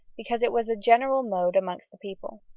because it was the general mode amongst the people.